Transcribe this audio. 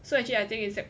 so actually I think it's